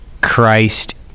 Christ